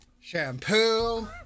Shampoo